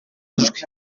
ijwi